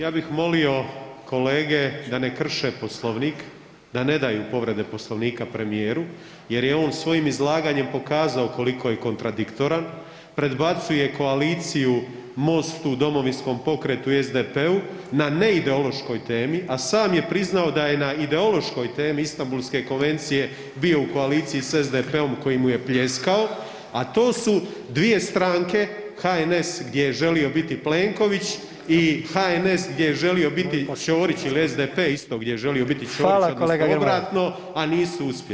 Ja bih molio kolege da ne krše Poslovnik, da ne daju povrede Poslovnika premijeru jer je on svojim izlaganjem pokazao koliko je kontradiktoran predbacuje koaliciju MOST-u, Domovinskom pokretu i SDP-u na neideološkoj temi, a sam je priznao da je na ideološkoj temi Istambulske konvencije bio u koaliciji s SDP-om koji mu je pljeskao, a to su dvije stranke HNS gdje je želio biti Plenković i HNS gdje je želio biti Ćorić ili SDP isto gdje je želio biti Ćorić odnosno obratno [[Upadica: Hvala, kolega Grmoja.]] a nisu uspjeli.